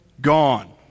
Gone